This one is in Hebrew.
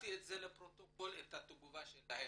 קראתי את תגובתם לפרוטוקול.